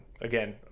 again